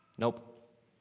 Nope